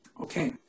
Okay